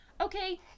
okay